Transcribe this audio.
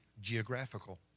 geographical